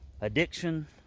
addiction